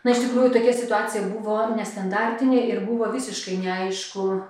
na iš tikrųjų tokia situacija buvo nestandartinė ir buvo visiškai neaišku